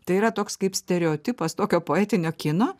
tai yra toks kaip stereotipas tokio poetinio kino